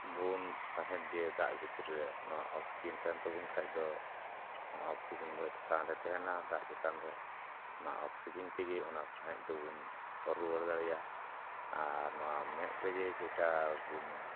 ᱵᱚᱱ ᱥᱟᱸᱦᱮᱫ ᱡᱮ ᱫᱟᱜ ᱵᱷᱤᱛᱨᱤ ᱨᱮ ᱱᱚᱣᱟ ᱚᱠᱥᱤᱡᱮᱱ ᱛᱟᱦᱮᱱ ᱛᱟᱵᱚᱱ ᱠᱷᱟᱱ ᱫᱚ ᱱᱚᱣᱟ ᱚᱠᱥᱤᱡᱮᱱ ᱫᱚ ᱪᱮᱛᱟᱱ ᱨᱮ ᱛᱟᱦᱮᱱᱟ ᱫᱟᱜ ᱪᱮᱛᱟᱱ ᱨᱮ ᱚᱱᱟ ᱚᱠᱥᱤᱡᱮᱱ ᱛᱮᱜᱮ ᱚᱱᱟ ᱥᱟᱸᱦᱮᱫ ᱫᱚᱵᱚᱱ ᱚᱨ ᱨᱩᱣᱟᱹᱲ ᱫᱟᱲᱮᱭᱟᱜᱼᱟ ᱟᱨ ᱱᱚᱣᱟ ᱢᱮᱸᱫ ᱨᱮᱜᱮ ᱡᱮᱴᱟᱵᱚᱱ